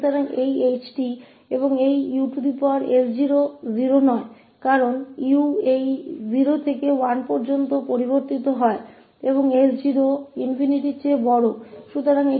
तो यह h𝑡 और यह us0 0 नहीं हैus0 0 बराबर नहीं है क्योंकि 𝑢 इस 0 से 1 तक भिन्न होता है और s0 भी इस 𝛼 से बड़ी संख्या है